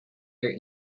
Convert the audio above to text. your